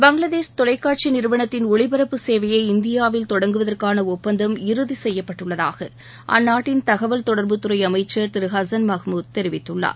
பங்களாதேஷ் தொலைக்காட்சி நிறுவனத்தின் ஒளிபரப்பு சேவையை இந்தியாவில் தொடங்குவதற்கான ஒப்பந்தம் இறுதி செய்யப்பட்டுள்ளதாக அந்நாட்டின் தகவல் தொடர்புத் துறை அமைச்சர் திரு ஹசன் மகமூத் தெரிவித்துள்ளார்